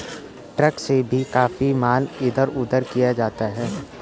truck से भी काफी माल इधर उधर किया जाता है